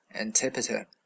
Antipater